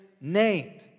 named